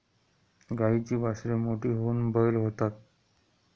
गाईची वासरे मोठी होऊन बैल होतात